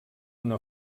una